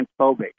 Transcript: transphobic